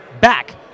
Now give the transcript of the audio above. back